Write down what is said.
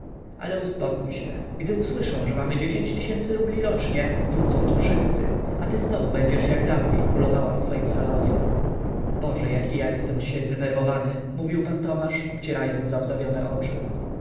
ale uspokój się gdy usłyszą że mamy dziesięć tysięcy rubli rocznie wrócą tu wszyscy a ty znowu będziesz jak dawniej królowała w twoim salonie boże jaki ja dziś jestem zdenerwowany mówił pan tomasz obcierając załzawione oczy